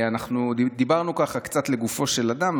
דיברנו קצת לגופו של אדם,